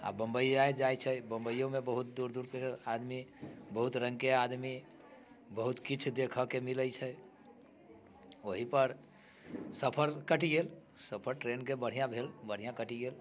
आ बम्बइया जाइत छै बम्बइयोमे बहुत दूर दूर से आदमी बहुत रङ्गके आदमी बहुत किछु देखऽके मिलैत छै ओहि पर सफर कटि गेल सफर ट्रेनके बढ़िआँ भेल बढ़िआँ कटि गेल